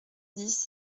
dix